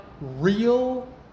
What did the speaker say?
real